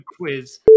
quiz